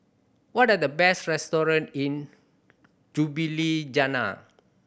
what are the best restaurant in Ljubljana